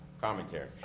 commentary